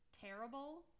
terrible